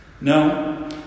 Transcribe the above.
No